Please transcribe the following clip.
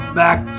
back